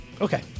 Okay